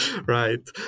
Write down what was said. Right